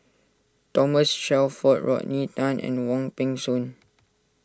Thomas Shelford Rodney Tan and Wong Peng Soon